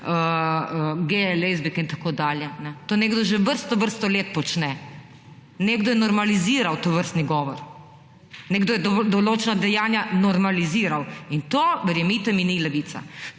lezbijke in tako dalje, to nekdo že vrsto, vrsto let počne. Nekdo je normaliziral tovrstni govor. Nekdo je določena dejanja normaliziral, in to, verjemite mi, ni Levica.